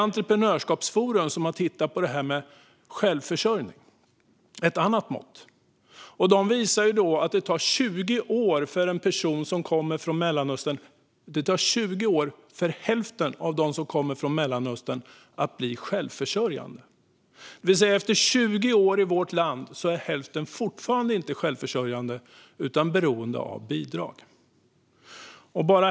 Entreprenörskapsforum har tittat på självförsörjning och visar att det tar 20 år för hälften av dem som kommer från Mellanöstern att bli självförsörjande. Det vill säga, efter 20 år i Sverige är hälften fortfarande inte självförsörjande utan beroende av bidrag.